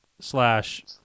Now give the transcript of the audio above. slash